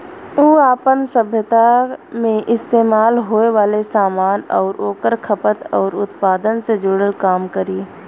उ आपन सभ्यता मे इस्तेमाल होये वाले सामान आउर ओकर खपत आउर उत्पादन से जुड़ल काम करी